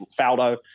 Faldo